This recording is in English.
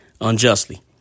unjustly